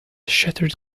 shattered